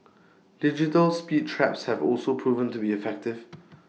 digital speed traps have also proven to be effective